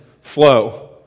flow